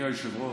אדוני היושב-ראש,